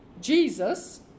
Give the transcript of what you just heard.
Jesus